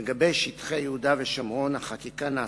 לגבי שטחי יהודה ושומרון החקיקה נעשית,